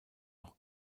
auch